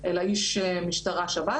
אלא איש משטרה או איש שירות